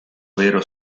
vero